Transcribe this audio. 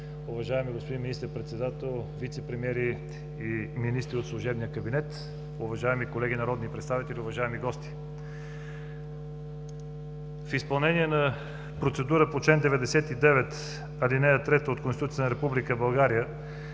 уважаеми господин Министър-председател, вицепремиери и министри от служебния кабинет, уважаеми колеги народни представители, уважаеми гости! В изпълнение на процедура по чл. 99, ал. 3 от Конституцията на Република България